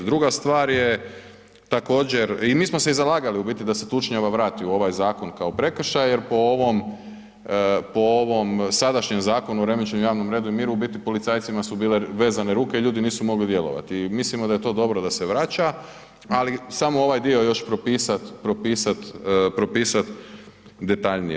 Druga stvar je također i mi smo se i zalagali u biti da se tučnjava vrati u ovaj zakon kao prekršaj jer po ovom sadašnjem Zakonu o remećenju javnom redu i miru u biti policajcima su bile vezane ruke i ljudi nisu mogli djelovati i mislimo da je to dobro da se vraća, ali samo ovaj dio još propisati detaljnije.